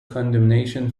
condemnation